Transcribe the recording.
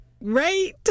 Right